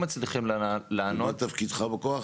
ומה תפקידך בכוח?